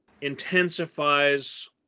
intensifies